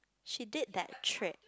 she did that trip